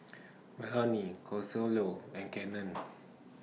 Melony Consuelo and Cannon